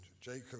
Jacob